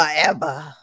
forever